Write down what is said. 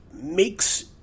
makes